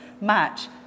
match